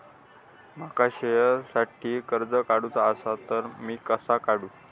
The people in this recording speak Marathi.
माका शेअरसाठी कर्ज काढूचा असा ता मी कसा काढू?